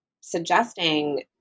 suggesting